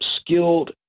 skilled